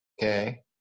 okay